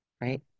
right